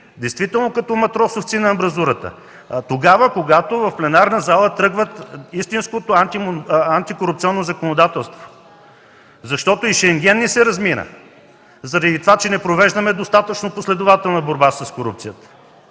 действително като матросовци на амбразурата, когато в пленарната зала тръгва истинското антикорупционно законодателство. Защото и Шенген ни се размина, заради това че не провеждаме достатъчно последователна борба с корупцията.